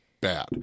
bad